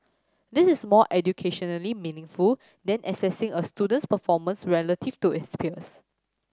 this is more educationally meaningful than assessing a student's performance relative to it's peers